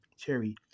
Cherry